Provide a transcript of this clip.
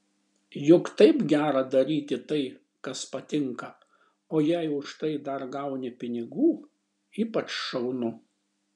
juk taip gera daryti tai kas patinka o jei už tai dar gauni pinigų ypač šaunu